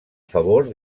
favor